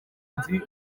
nzi